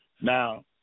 Now